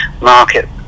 market